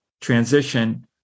transition